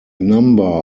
number